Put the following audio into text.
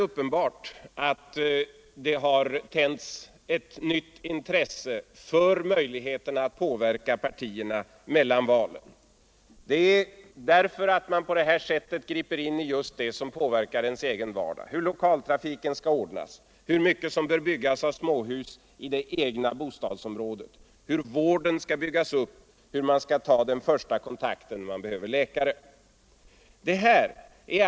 Uppenbart är att det har tänts ett nytt intresse för möjligheterna att påverka partierna mellan valen, just därför att man på det sättet griper in i det som påverkar vår egen vardag: hur lokaltrafiken skall ordnas, hur mycket som bör byggas av småhus i det egna bostadsområdet, hur vården skall byggas upp, hur man skall ta den första kontakten när man behöver läkare osv.